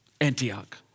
Antioch